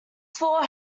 floor